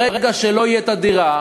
ברגע שלא תהיה דירה,